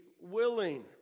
willing